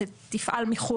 תפעל מחוץ